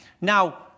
now